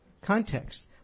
context